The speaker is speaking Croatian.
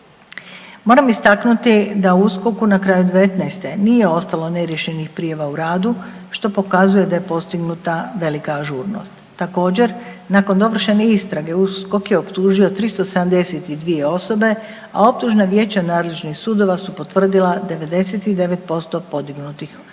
Moram istaknuti da u USKOK-u na kraju '19. nije ostalo neriješenih prijava u radu, što pokazuje da je postignuta velika ažurnost. Također, nakon dovršene istrage, USKOK je optužio 372 osobe, a optužna vijeća nadležnih sudova su potvrdila 99% podignutih